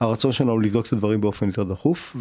הרצון שלנו הוא לבדוק את הדברים באופן יותר דחוף